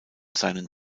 seinen